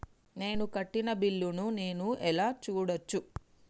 నేను కట్టిన బిల్లు ను నేను ఎలా చూడచ్చు?